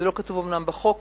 זה לא כתוב אומנם בחוק,